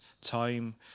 time